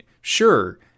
sure